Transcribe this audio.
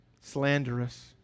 slanderous